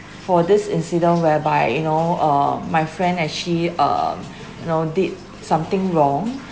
for this incident whereby you know uh my friend actually um you know did something wrong